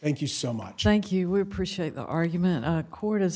thank you so much thank you we appreciate the argument a court is